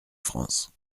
france